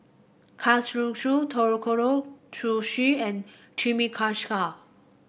Kalguksu Ootoro Sushi and Chimichangas